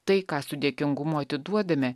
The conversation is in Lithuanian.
tai ką su dėkingumu atiduodame